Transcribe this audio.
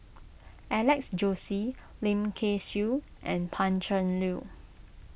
Alex Josey Lim Kay Siu and Pan Cheng Lui